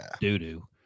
doo-doo